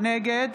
נגד